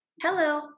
Hello